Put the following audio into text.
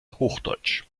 hochdeutsch